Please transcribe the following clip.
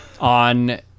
on